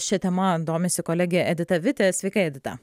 šia tema domisi kolege edita vitė sveika edita